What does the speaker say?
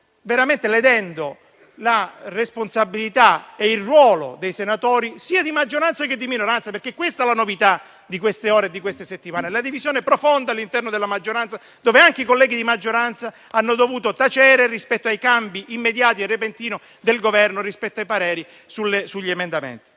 veramente la responsabilità e il ruolo dei senatori sia di maggioranza sia di minoranza. Ecco è la novità di queste ore e di queste settimane: la divisione profonda all'interno della maggioranza, i cui colleghi a loro volta hanno dovuto tacere di fronte ai cambi immediati e repentini del Governo rispetto ai pareri sugli emendamenti.